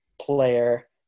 player